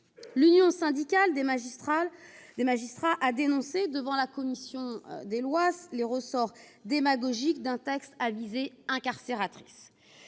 L'Union syndicale des magistrats a dénoncé devant la commission des lois les ressorts « démagogiques » d'un texte « à visée incarcératrice